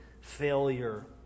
failure